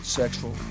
sexual